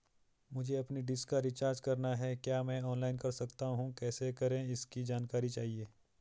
मुझे अपनी डिश का रिचार्ज करना है क्या मैं ऑनलाइन कर सकता हूँ कैसे करें इसकी जानकारी चाहिए?